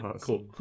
Cool